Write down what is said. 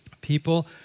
people